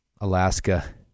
Alaska